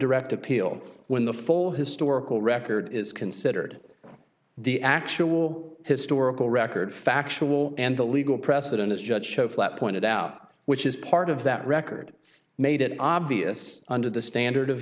direct appeal when the full historical record is considered the actual historical record factual and the legal precedent it's judge show flat pointed out which is part of that record made it obvious under the standard of